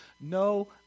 no